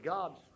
God's